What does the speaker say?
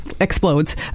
explodes